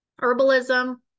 herbalism